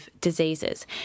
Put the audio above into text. diseases